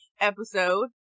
episode